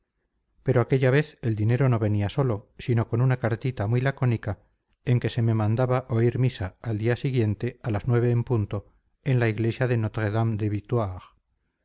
pero aquella vez el dinero no venía solo sino con una cartita muy lacónica en que se me mandaba oír misa al día siguiente a las nueve en punto en la iglesia de notre dame